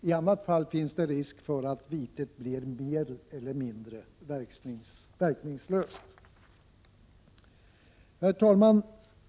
I annat fall finns risk för att vitet blir mer eller mindre verkningslöst. Herr talman!